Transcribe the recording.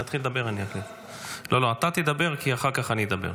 תדבר, כי אחר כך אני אדבר.